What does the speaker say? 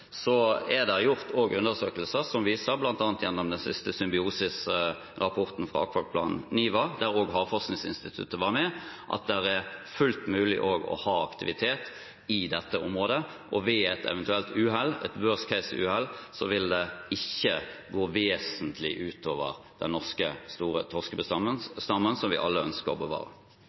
så er det gjort undersøkelser, bl.a. den siste symbioserapporten fra Akvaplan-niva, der også Havforskningsinstituttet var med, som viser at det er fullt mulig også å ha aktivitet i dette området. Ved et eventuelt «worst case»-uhell vil det ikke gå vesentlig ut over den norske, store torskebestanden, som vi alle ønsker å bevare.